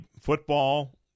football